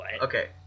Okay